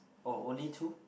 oh only two